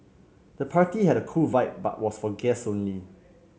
the party had a cool vibe but was for guests only